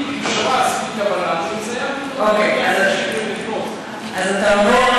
אני כפשרה עשיתי, אז אתה אומר: